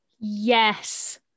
Yes